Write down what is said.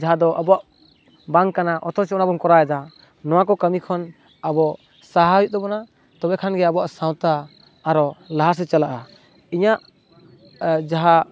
ᱡᱟᱦᱟᱸ ᱫᱚ ᱟᱵᱚᱣᱟᱜ ᱵᱟᱝ ᱠᱟᱱᱟ ᱚᱛᱷᱚᱪᱚ ᱚᱱᱟ ᱵᱚᱱ ᱠᱚᱨᱟᱣ ᱫᱟ ᱱᱚᱣᱟ ᱠᱚ ᱠᱟᱢᱤ ᱠᱷᱚᱱ ᱟᱵᱚ ᱥᱟᱦᱟ ᱦᱩᱭᱩᱜ ᱛᱟᱵᱚᱱᱟ ᱛᱚᱵᱮ ᱠᱷᱟᱱ ᱜᱮ ᱟᱵᱚᱣᱟᱜ ᱥᱟᱶᱛᱟ ᱟᱨᱚ ᱞᱟᱦᱟᱥᱮᱡ ᱪᱟᱞᱟᱜᱼᱟ ᱤᱧᱟᱜ ᱡᱟᱦᱟᱸ